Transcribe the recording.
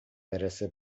برسه